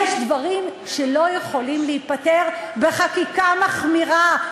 יש דברים שלא יכולים להיפתר בחקיקה מחמירה,